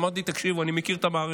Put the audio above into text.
אמרתי: תקשיבו, אני מכיר את המערכת.